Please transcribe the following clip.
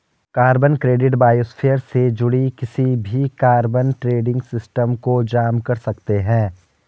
carbon credit biosphere से जुड़े किसी भी कार्बन ट्रेडिंग सिस्टम को जाम कर सकते हैं